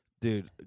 dude